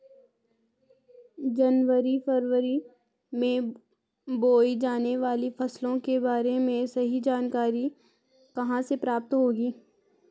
जनवरी फरवरी में बोई जाने वाली फसलों के बारे में सही जानकारी कहाँ से प्राप्त होगी?